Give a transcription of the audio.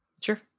Sure